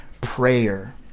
prayer